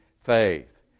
faith